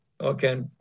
Okay